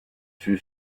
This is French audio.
ceux